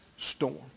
storm